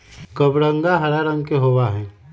कबरंगा हरा रंग के होबा हई